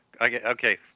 okay